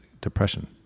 Depression